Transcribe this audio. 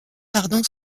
pardon